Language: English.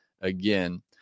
again